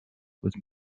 with